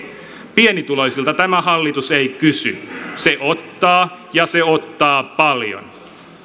pienituloisilta tämä hallitus ei kysy se ottaa ja se ottaa paljon